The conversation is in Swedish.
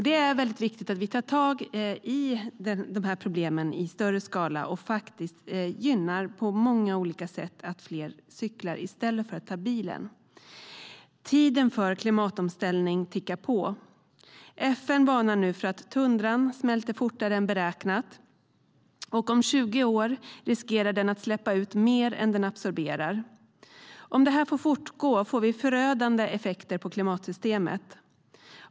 Det är viktigt att vi tar tag i de här problemen i större skala och gynnar att fler cyklar i stället för att ta bilen. Tiden för klimatomställning tickar på. FN varnar nu för att tundran smälter fortare än beräknat, och om 20 år riskerar den att släppa ut mer än den absorberar. Om detta får fortgå får vi förödande effekter på klimatsystemet.